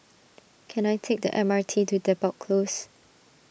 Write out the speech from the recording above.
can I take the M R T to Depot Close